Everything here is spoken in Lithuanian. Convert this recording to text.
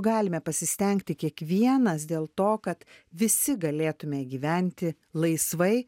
galime pasistengti kiekvienas dėl to kad visi galėtume gyventi laisvai